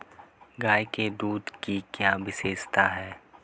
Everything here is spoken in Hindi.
गाय के दूध की क्या विशेषता है?